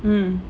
mmhmm